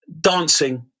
dancing